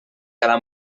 quedar